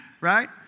Right